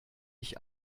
ich